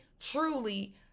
truly